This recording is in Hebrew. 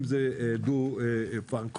הדו אופן,